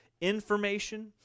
information